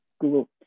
Google